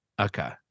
Okay